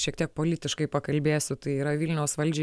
šiek tiek politiškai pakalbėsiu tai yra vilniaus valdžiai